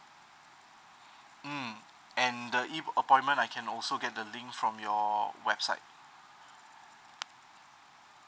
mm and the E appointment I can also get the link from your website